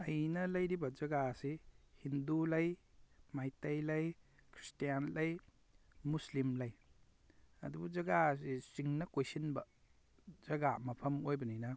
ꯑꯩꯅ ꯂꯩꯔꯤꯕ ꯖꯒꯥ ꯑꯁꯤ ꯍꯤꯟꯗꯨ ꯂꯩ ꯃꯩꯇꯩ ꯂꯩ ꯈ꯭ꯔꯤꯁꯇ꯭ꯌꯥꯟ ꯂꯩ ꯃꯨꯁꯂꯤꯝ ꯂꯩ ꯑꯗꯨꯕꯨ ꯖꯒꯥ ꯑꯁꯤ ꯆꯤꯡꯅ ꯀꯣꯏꯁꯤꯟꯕ ꯖꯒꯥ ꯃꯐꯝ ꯑꯣꯏꯕꯅꯤꯅ